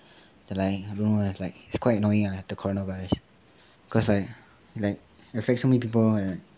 but like I don't know lah it's like it's quite annoying lah the corona virus cause like like affect so many people and like